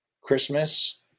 christmas